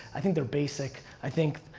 i think they're basic. i think,